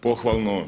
Pohvalno!